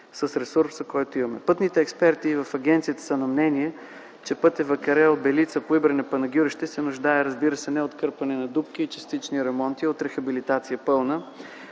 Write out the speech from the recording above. с ресурса, който имаме. Пътните експерти в агенцията са на мнение, че пътят Вакарел-Белица-Поибрене-Панагюрище се нуждае, разбира се, не от кърпене на дупки и частични ремонти, а от пълна рехабилитация.